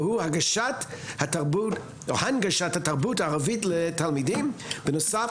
והוא הנגשת התרבות הערבית לתלמידים בנוסף